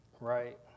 right